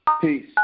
Peace